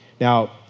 Now